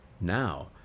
now